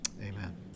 Amen